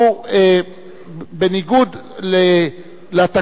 בניגוד לתקנון,